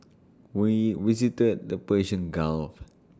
we visited the Persian gulf